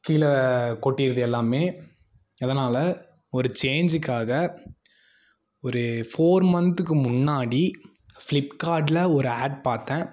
கீழே கொட்டிடுது எல்லாம் அதனால் ஒரு சேஞ்சுக்காக ஒரு ஃபோர் மந்த்துக்கு முன்னாடி ஃப்ளிப்கார்ட்டில் ஒரு ஆட் பார்த்தன்